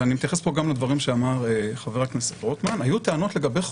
ואני אתייחס פה גם לדברים שאמר חבר הכנסת רוטמן חסויים